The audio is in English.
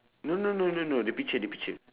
no no no no no the picture the picture